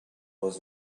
was